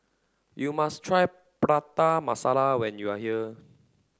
you must try Prata Masala when you are here